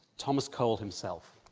thomas cole himself,